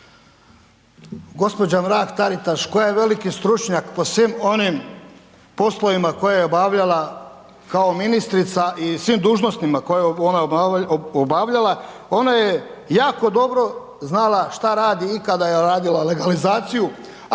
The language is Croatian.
koje je obavljala kao ministrica i svim dužnostima koje je obavljala kao ministrica i svim dužnostima koje je ona obavljala, ona je jako dobro znala šta radi i kada je radila legalizaciju